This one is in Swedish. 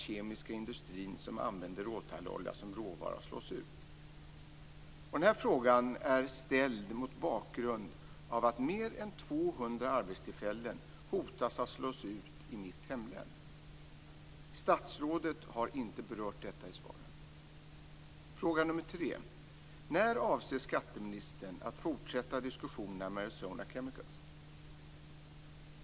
Denna fråga är ställd mot bakgrund av att mer än 200 arbetstillfällen hotas med utslagning i mitt hemlän. Statsrådet har inte berört detta i svaret. Min tredje fråga var: "När avser skatteministern att fortsätta diskussionerna med Arizona Chemicals?"